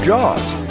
Jaws